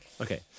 Okay